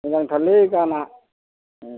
मोजांथारलै गाना